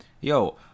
Yo